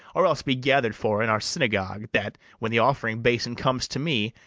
or else be gather'd for in our synagogue, that, when the offering-basin comes to me,